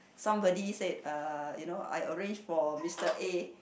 somebody said uh you know I arrange for Mister A